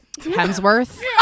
Hemsworth